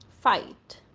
fight